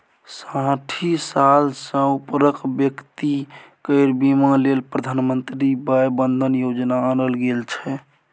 साठि साल सँ उपरक बेकती केर बीमा लेल प्रधानमंत्री बय बंदन योजना आनल गेल छै